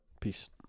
Peace